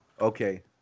Okay